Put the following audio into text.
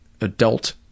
adult